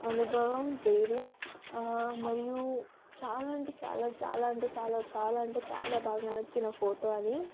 అనుభవం వేరు మరియు చాలా అంటే చాలా చాలా అంటే చాలా చాలా అంటే చాలా బాగా నచ్చిన ఫోటో అది